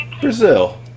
Brazil